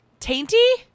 Tainty